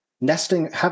nesting